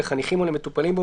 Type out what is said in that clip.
לחניכים או למטופלים בו,